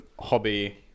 hobby